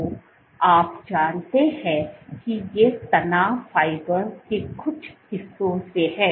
तो आप जानते हैं कि ये तनाव फाइबर के कुछ हिस्सों से हैं